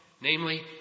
namely